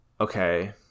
Okay